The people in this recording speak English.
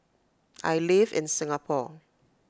I live in Singapore